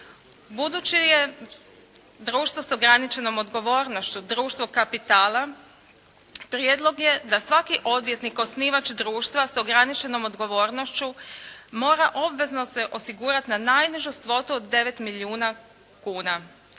Budući je društvo sa ograničenom odgovornošću društvo kapitala prijedlog je da svaki odvjetnik, osnivač društva s ograničenom odgovornošću mora obvezno se osigurat na najnižu svotu od 9 milijuna kuna